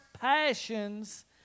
passions